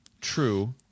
true